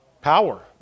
power